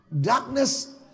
darkness